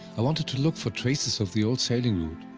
i wanted to look for traces of the old sailing route.